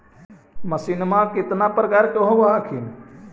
Machine कितने प्रकार का होता है?